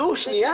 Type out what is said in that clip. נו, שנייה.